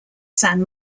san